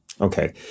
Okay